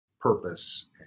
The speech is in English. purpose